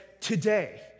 today